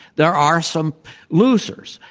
there are some losers.